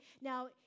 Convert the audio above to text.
Now